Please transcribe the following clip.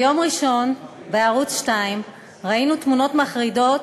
ביום ראשון ראינו בערוץ 2 תמונות מחרידות